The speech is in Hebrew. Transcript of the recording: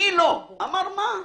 כולם אמרו